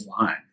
line